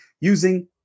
using